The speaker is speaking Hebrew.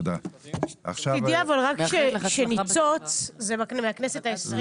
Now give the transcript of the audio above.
תדעי רק ש"ניצוץ" זה מהכנסת ה-20.